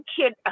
kid